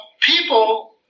People